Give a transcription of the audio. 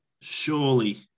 Surely